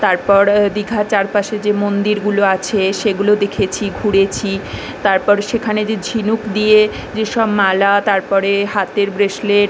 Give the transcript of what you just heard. তারপর দিঘার চারপাশে যে মন্দিরগুলো আছে সেগুলো দেখেছি ঘুরেছি তারপর সেখানে যে ঝিনুক দিয়ে যেসব মালা তার পরে হাতের ব্রেসলেট